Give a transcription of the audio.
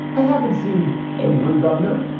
i haven't seen every governor,